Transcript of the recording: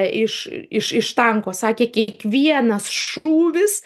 iš iš iš tanko sakė kiekvienas šūvis